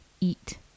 eat